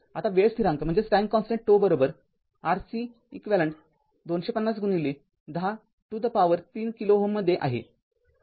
आता वेळ स्थिरांक ζ RCeq २५०१० to the power ३ ते किलो Ω मध्ये आहे